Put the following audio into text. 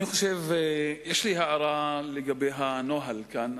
יש לי הערה לגבי הנוהל כאן,